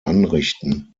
anrichten